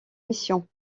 missions